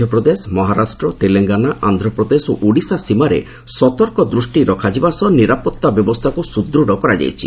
ମଧ୍ୟପ୍ରଦେଶ ମହାରାଷ୍ଟ୍ର ତେଲଙ୍ଗାନା ଆନ୍ଧ୍ୟପ୍ରଦେଶ ଓ ଓଡ଼ିଶା ସୀମାରେ ସତର୍କ ଦୂଷ୍ଟି ରଖାଯିବା ସହ ନିରାପତ୍ତା ବ୍ୟବସ୍ଥାକୁ ସୁଦୃଢ଼ କରାଯାଇଛି